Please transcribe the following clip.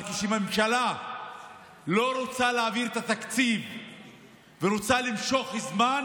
אבל כשממשלה לא רוצה להעביר את התקציב ורוצה למשוך זמן,